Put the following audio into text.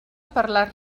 parlar